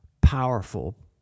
powerful